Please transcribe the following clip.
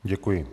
Děkuji.